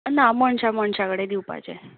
ना मनशा मनशा कडेन दिवपाचे